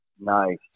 nice